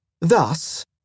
Thus